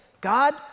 God